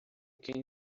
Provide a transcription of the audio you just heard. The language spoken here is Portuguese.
quem